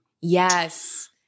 Yes